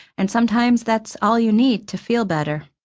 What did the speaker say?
and sometimes that's all you need to feel better.